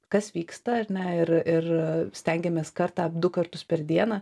kas vyksta ar ne ir ir stengiamės kartą du kartus per dieną